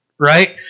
right